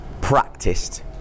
practiced